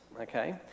okay